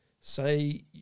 Say